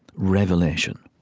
revelation,